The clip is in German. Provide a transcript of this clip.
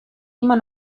immer